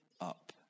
up